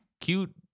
cute